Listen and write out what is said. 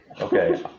okay